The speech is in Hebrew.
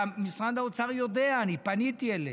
משרד האוצר יודע, אני פניתי אליהם.